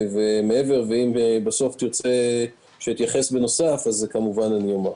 ואם בסוף תרצה שאתייחס בנוסף, אני אשיב כמובן.